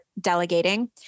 delegating